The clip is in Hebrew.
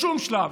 בשום שלב.